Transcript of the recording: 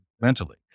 mentally